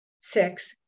six